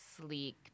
sleek